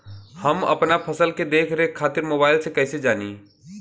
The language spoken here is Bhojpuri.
हम अपना फसल के देख रेख खातिर मोबाइल से कइसे जानी?